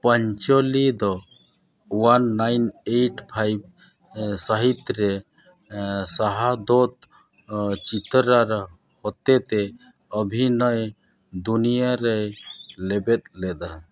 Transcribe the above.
ᱯᱟᱧᱪᱚᱞᱤ ᱫᱚ one nine eight five ᱥᱟᱹᱦᱤᱛᱨᱮ ᱥᱟᱦᱟᱫᱚᱛ ᱪᱤᱛᱟᱨᱚᱨ ᱦᱚᱛᱮᱛᱮ ᱚᱵᱷᱤᱱᱚᱭ ᱫᱩᱱᱤᱭᱟᱹ ᱨᱮᱭ ᱞᱮᱵᱮᱫ ᱞᱮᱫᱟ